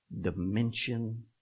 dimension